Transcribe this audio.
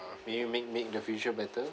may you make make the future better